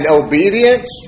obedience